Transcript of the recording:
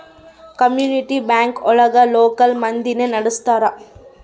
community bank ಒಳಗ local ಮಂದಿನೆ ನಡ್ಸ್ತರ